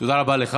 תודה רבה לך.